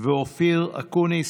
ואופיר אקוניס.